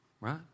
right